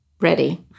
ready